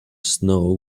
snow